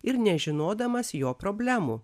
ir nežinodamas jo problemų